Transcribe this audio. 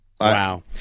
Wow